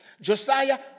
Josiah